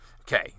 Okay